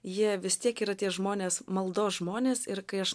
jie vis tiek yra tie žmonės maldos žmonės ir kai aš